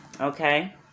Okay